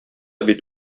бит